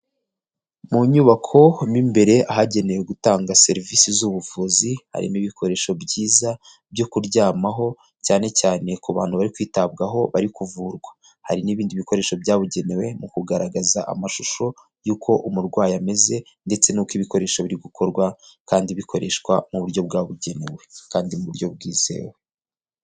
Mu nyubako mo imbere ahagenewe gutanga serivisi z'ubuvuzi harimo ibikoresho byiza byo kuryamaho cyane cyane ku bantu bari kwitabwaho bari kuvurwa, hari n'ibindi bikoresho byabugenewe mu kugaragaza amashusho y'uko umurwayi ameze ndetse n'uko ibikoresho biri gukorwa kandi bikoreshwa mu buryo bwabugenewe kandi mu buryo bwizewe.